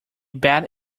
bat